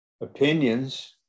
opinions